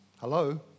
Hello